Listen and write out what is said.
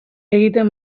egiten